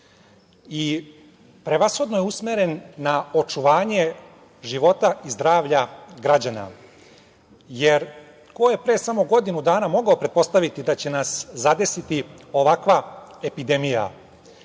i prevashodno je usmeren na očuvanje života i zdravlja građana, jer ko je pre samo godinu dana mogao pretpostaviti da će nas zadesiti ovakva epidemija,